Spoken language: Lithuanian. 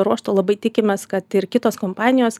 ruožtu labai tikimės kad ir kitos kompanijos